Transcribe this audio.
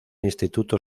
instituto